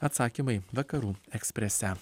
atsakymai vakarų eksprese